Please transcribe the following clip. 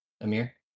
amir